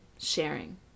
sharing